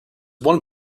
one